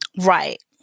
Right